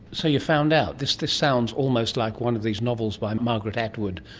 so you're found out. this this sounds almost like one of these novels by margaret atwood,